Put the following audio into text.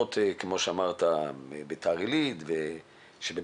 ברשויות שיש בהן בעיה כמו בית"ר עילית ובית-שמש